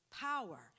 power